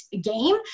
game